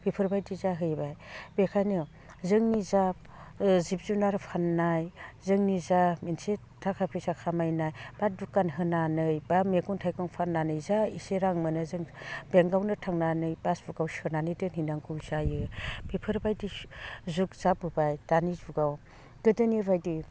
बेफोरबायदि जाहैबाय बेखायनो जोंनि जा जिब जुनार फाननाय जोंनि जा मोनसे थाखा फैसा खामायनाय बा दुखान होनानै बा मैगं थाइगं फाननानै जा एसे रां मोनो जों बेंकआवनो थांनानै पासबुकाव सोनानै दोनहैनांगौ जायो बेफोरबायदि जुग जाबोबाय दानि जुगाव गोदोनि बायदि